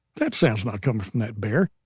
that sound's not coming from that bear.